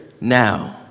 now